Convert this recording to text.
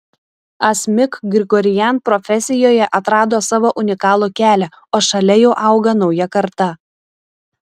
asmik grigorian profesijoje atrado savo unikalų kelią o šalia jau auga nauja karta